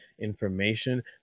information